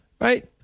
Right